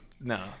No